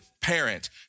parent